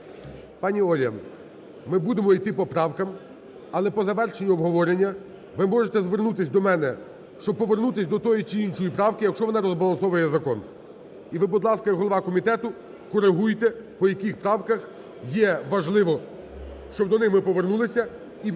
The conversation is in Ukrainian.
Пані Оля, ми будемо іти по правкам, але по завершенню обговорення ви можете звернутись до мене, щоб повернутись до тої чи іншої правки, якщо вона розбалансовує закон. І ви, будь ласка, як голова комітету коригуйте, по яких правках є важливо, щоб до них ми повернулись,